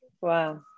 Wow